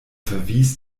verwies